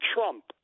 Trump